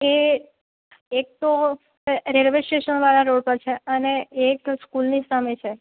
એ એક તો રેલવે સ્ટેશનવાળા રોડ પર છે અને એક સ્કૂલની સામે છે